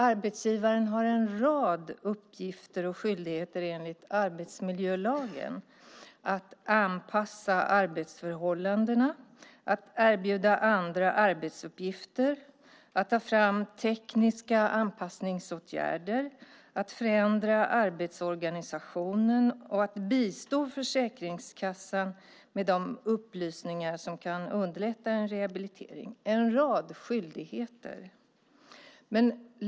Arbetsgivaren har en rad uppgifter och skyldigheter enligt arbetsmiljölagen, nämligen att anpassa arbetsförhållandena, erbjuda andra arbetsuppgifter, ta fram tekniska anpassningsåtgärder, förändra arbetsorganisationen och bistå Försäkringskassan med upplysningar som kan underlätta en rehabilitering. Det är en rad skyldigheter.